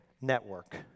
Network